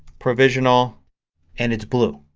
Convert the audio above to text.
provisional and it's blue.